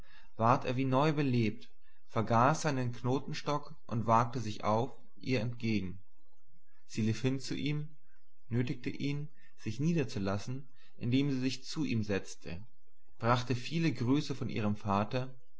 ward er wie neu belebt vergaß seinen knotenstock und wagte sich auf ihr entgegen sie lief hin zu ihm nötigte ihn sich niederzulassen indem sie sich zu ihm setzte brachte viele grüße von ihrem vater